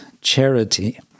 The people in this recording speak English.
charity